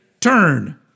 turn